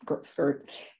skirt